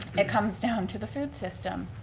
it comes down to the food system.